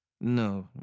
No